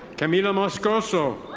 camila moscoso.